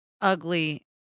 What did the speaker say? ugly